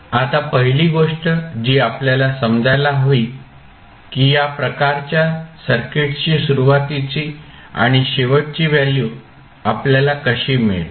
आता पहिली गोष्ट जी आपल्याला समजायला हवी की या प्रकारच्या सर्किट्सची सुरुवातीची आणि शेवटची व्हॅल्यू आपल्याला कशी मिळेल